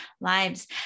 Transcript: lives